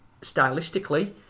stylistically